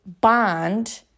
bond